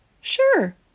Sure